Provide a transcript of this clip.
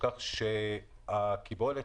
כל השאר עולים בתחנות פתוחות שבהן לא בודקים.